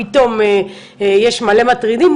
פתאום יש מלא מטרידים,